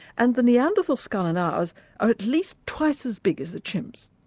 and the neanderthal skull and ours are at least twice as big as the chimps.